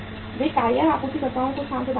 वे tyre आपूर्तिकर्ताओं को स्थान प्रदान करते हैं